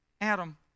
Adam